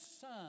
son